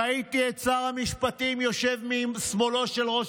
ראיתי את שר המשפטים יושב משמאלו של ראש